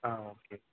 ஆ okay